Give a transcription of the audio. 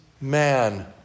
man